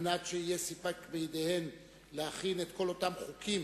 כדי שיהיה סיפק בידיהן להכין את כל אותם חוקים